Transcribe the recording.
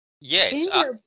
Yes